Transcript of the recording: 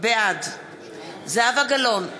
בעד זהבה גלאון,